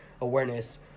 awareness